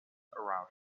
around